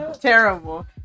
Terrible